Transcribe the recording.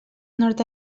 nord